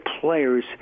players